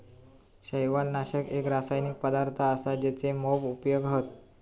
शैवालनाशक एक रासायनिक पदार्थ असा जेचे मोप उपयोग हत